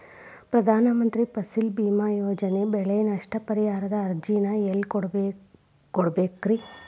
ಪ್ರಧಾನ ಮಂತ್ರಿ ಫಸಲ್ ಭೇಮಾ ಯೋಜನೆ ಬೆಳೆ ನಷ್ಟ ಪರಿಹಾರದ ಅರ್ಜಿನ ಎಲ್ಲೆ ಕೊಡ್ಬೇಕ್ರಿ?